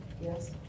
Yes